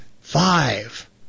five